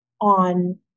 on